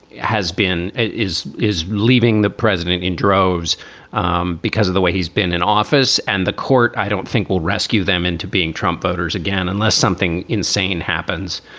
has been is is leaving the president in droves um because of the way he's been in office and the court. i don't think we'll rescue them into being trump voters again unless something insane happens